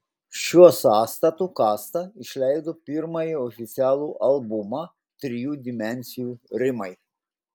šiuo sąstatu kasta išleido pirmąjį oficialų albumą trijų dimensijų rimai